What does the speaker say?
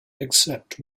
except